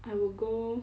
I will go